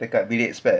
dekat bilik spare